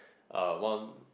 uh one